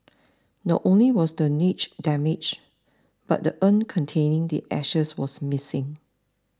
not only was the niche damaged but the urn containing the ashes was missing